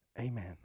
Amen